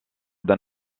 d’un